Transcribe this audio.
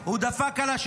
מה?